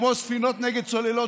כמו ספינות נגד צוללות,